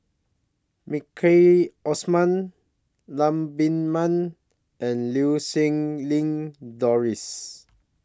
Maliki Osman Lam Pin Min and Lau Siew Lang Doris